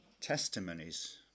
testimonies